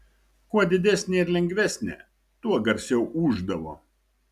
kuo didesnė ir lengvesnė tuo garsiau ūždavo